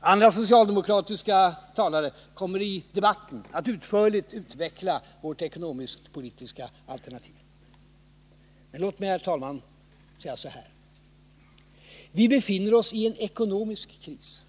Andra socialdemokratiska talare kommer i debatten att utförligt utveckla vårt ekonomiskt-politiska alternativ. Herr talman! Vi befinner oss i en ekonomisk kris.